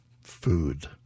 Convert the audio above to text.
food